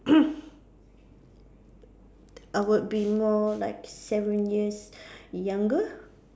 I would be more like seven years younger